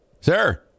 Sir